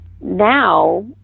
now